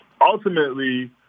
ultimately